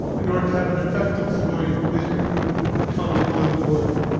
in order to have an effective civilian police review accountability board,